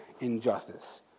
injustice